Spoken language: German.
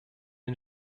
den